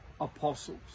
apostles